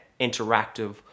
interactive